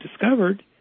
discovered